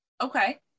Okay